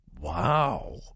Wow